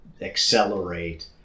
accelerate